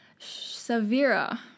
Savira